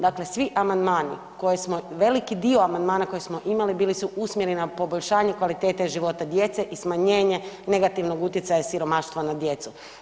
Dakle, svi amandmani koje smo veliki dio amandmana koje smo imali, bili su usmjereni na poboljšanje kvalitete života djece i smanjenje negativnog utjecaja siromaštva na djecu.